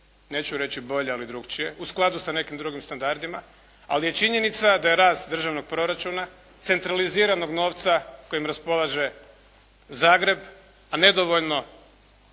neću reći bolje, ali drugačije u skladu sa nekim drugim standardima, ali je činjenica da je rast državnog proračuna centraliziranog novca kojim raspolaže Zagreb, a nedovoljno